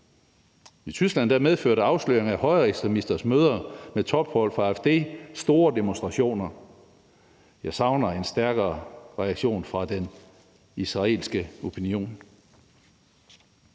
I Tyskland medførte afsløringer af højreekstremisters møder med topfolk fra AfD store demonstrationer. Jeg savner en stærkere reaktion fra den israelske opinion.